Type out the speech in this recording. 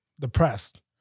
depressed